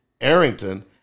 Arrington